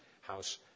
house